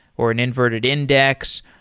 or an inverted index,